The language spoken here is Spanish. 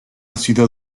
ciudad